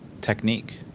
technique